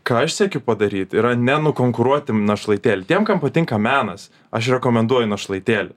ką aš siekiu padaryt yra ne nukonkuruoti našlaitėlį tiem kam patinka menas aš rekomenduoju našlaitėlį